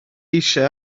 eisiau